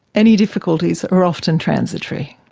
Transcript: any difficulties are often transitory.